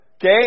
Okay